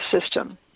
System